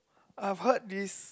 I've heard this